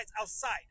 outside